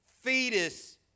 fetus